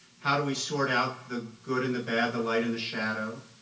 how do we sort out the good and the bad, the light and the shadow,